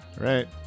right